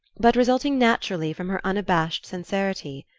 but resulting naturally from her unabashed sincerity.